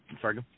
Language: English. Sorry